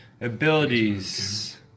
Abilities